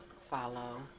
follow